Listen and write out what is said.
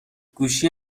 گوشی